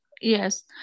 Yes